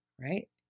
right